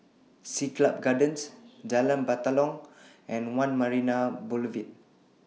Siglap Gardens Jalan Batalong and one Marina Boulevard